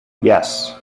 yes